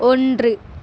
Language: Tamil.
ஒன்று